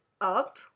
Up